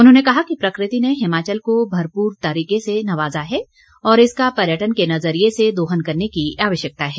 उन्होंने कहा कि प्रकृति ने हिमाचल को भरपूर तरीके से नवाजा है और इसका पर्यटन के नजरिए से दोहन करने की आवश्यकता है